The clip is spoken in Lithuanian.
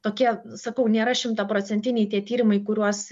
tokie sakau nėra šimtaprocentiniai tie tyrimai kuriuos